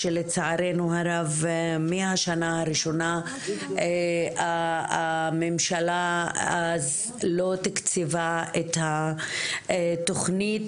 שלצערנו הרב מהשנה הראשונה הממשלה לא תיקצבה את התכנית,